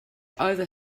over